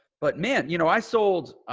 but man, you know, i sold,